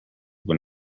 when